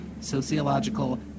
sociological